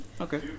Okay